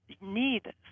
need